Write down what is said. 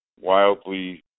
wildly